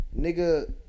nigga